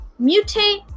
mutate